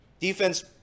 Defense